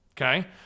Okay